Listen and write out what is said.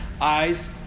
eyes